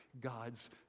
God's